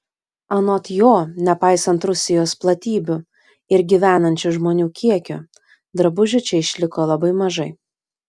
anot jo nepaisant rusijos platybių ir gyvenančių žmonių kiekio drabužių čia išliko labai mažai